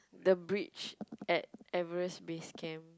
the bridge at Everest base camp